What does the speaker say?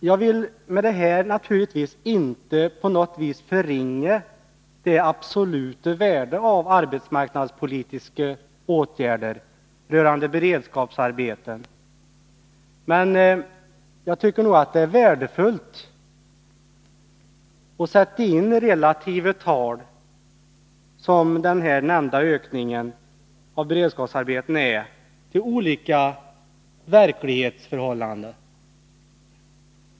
Jag vill med detta naturligtvis inte på något sätt förringa värdet av arbetsmarknadspolitiska åtgärder i fråga om beredskapsarbeten. Jag tycker emellertid att det är värdefullt att sätta den nämnda ökningen av beredskapsarbetena i relation till olika förhållanden.